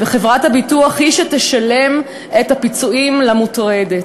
חברת הביטוח היא שתשלם את הפיצויים למוטרדת.